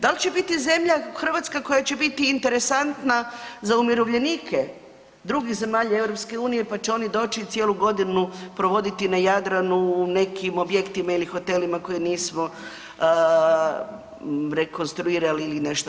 Da li će biti zemlja Hrvatska koja će biti interesantna za umirovljenike drugih zemalja EU pa će oni doći i cijelu godinu provoditi na Jadranu u nekim objektima ili hotelima koje nismo rekonstruirali ili nešto?